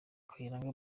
kayiranga